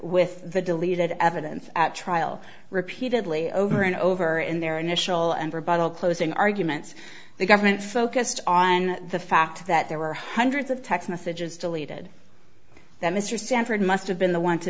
with the deleted evidence at trial repeatedly over and over in their initial and rebuttal closing arguments the government focused on the fact that there were hundreds of text messages deleted that mr stanford must have been the want to